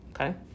Okay